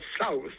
south